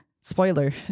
Spoiler